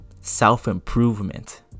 self-improvement